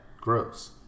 gross